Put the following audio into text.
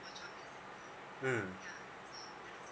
mm